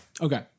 Okay